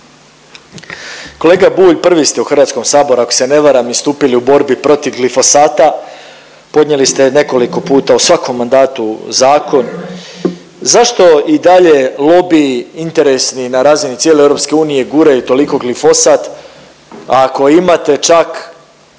Kolega Bulj prvi ste u Hrvatskom saboru ako se ne varam istupili u borbi protiv glifosata, podnijeli ste nekoliko puta u svakom mandatu zakon. Zašto i dalje lobiji interesni na razini cijele EU guraju toliko glifosat ako imate čak